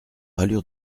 allure